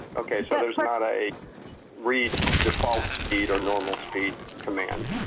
okay so there's not a read default speed or normal speed command?